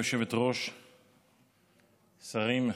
בנושא החשוב שאותו אנו מציינים רגע לפני שהכנסת מתפזרת,